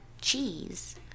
cheese